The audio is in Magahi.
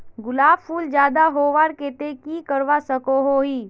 गुलाब फूल ज्यादा होबार केते की करवा सकोहो ही?